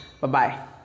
Bye-bye